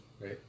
Right